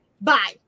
Bye